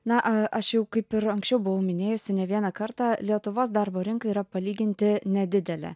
na a aš jau kaip ir anksčiau buvau minėjusi ne vieną kartą lietuvos darbo rinka yra palyginti nedidelė